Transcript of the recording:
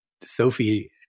Sophie-